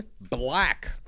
black